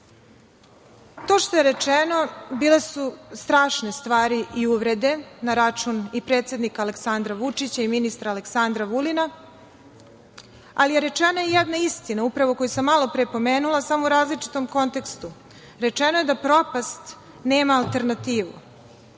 što je rečeno bile su strašne stvari i uvrede na račun i predsednika Aleksandra Vučića i ministra Aleksandra Vulina, ali je rečena i jedna istina, upravo koju sam malopre pomenula, samo u različitom kontekstu. Rečeno je da propast nema alternativu.